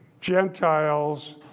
Gentiles